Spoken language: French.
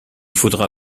faudra